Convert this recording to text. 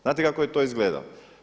Znate kako je to izgledalo?